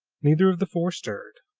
neither of the four stirred.